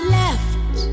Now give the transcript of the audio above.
left